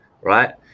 right